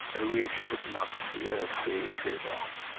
ah we should not yeah say trade-off.